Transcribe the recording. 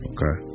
Okay